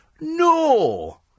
No